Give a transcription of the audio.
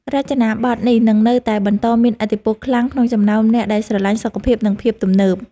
រចនាប័ទ្មនេះនឹងនៅតែបន្តមានឥទ្ធិពលខ្លាំងក្នុងចំណោមអ្នកដែលស្រឡាញ់សុខភាពនិងភាពទំនើប។